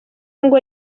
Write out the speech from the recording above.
ngo